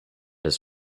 his